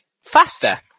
faster